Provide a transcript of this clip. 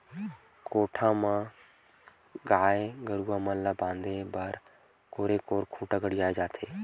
कोठा म बने गाय गरुवा मन ल बांधे बर कोरे कोर खूंटा गड़ियाये जाथे